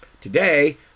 Today